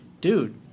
Dude